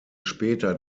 später